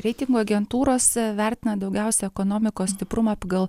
reitingų agentūros vertina daugiausia ekonomikos stiprumą pagal